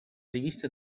rivista